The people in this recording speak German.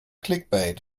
clickbait